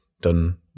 done